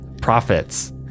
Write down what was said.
Profits